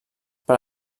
per